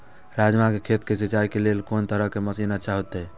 राजमा के खेत के सिंचाई के लेल कोन तरह के मशीन अच्छा होते?